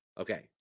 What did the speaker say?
okay